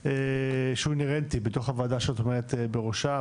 שהוא אינהרנטי בתוך הוועדה שאת עומדת בראשה,